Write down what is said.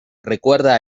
recuerda